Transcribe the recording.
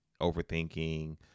overthinking